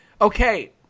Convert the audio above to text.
okay